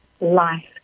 life